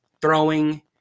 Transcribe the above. throwing